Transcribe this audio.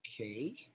Okay